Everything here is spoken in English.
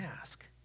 ask